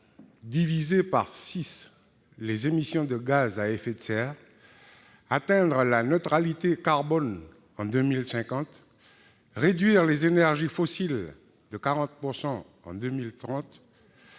diviser par six les émissions de gaz à effet de serre, atteindre la neutralité carbone en 2050, réduire l'utilisation d'énergies fossiles de 40 % d'ici